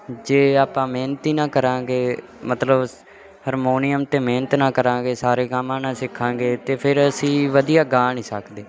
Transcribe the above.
ਜੇ ਆਪਾਂ ਮਿਹਨਤ ਹੀ ਨਾ ਕਰਾਂਗੇ ਮਤਲਬ ਸ ਹਰਮੋਨੀਅਮ 'ਤੇ ਮਿਹਨਤ ਨਾ ਕਰਾਂਗੇ ਸਾਰੇ ਕੰਮ ਨਾ ਸਿੱਖਾਂਗੇ ਤਾਂ ਫਿਰ ਅਸੀਂ ਵਧੀਆ ਗਾ ਨਹੀਂ ਸਕਦੇ